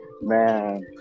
man